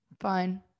Fine